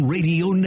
Radio